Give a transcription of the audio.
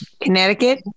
Connecticut